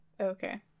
Okay